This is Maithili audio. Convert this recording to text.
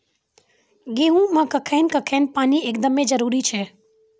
गेहूँ मे कखेन कखेन पानी एकदमें जरुरी छैय?